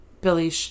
Billy